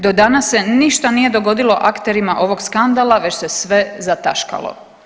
Do danas se ništa nije dogodilo akterima ovog skandala već se sve zataškalo.